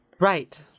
right